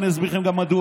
ואני אסביר לכם גם מדוע,